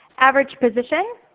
average position,